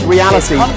Reality